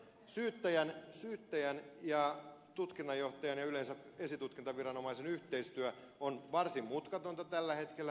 syyttäjän ja tutkinnanjohtajan ja yleensä esitutkintaviranomaisen yhteistyö on varsin mutkatonta tällä hetkellä